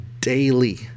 daily